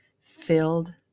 filled